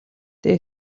дээ